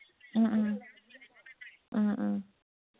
ꯎꯝ ꯎꯝ ꯎꯝ ꯎꯝ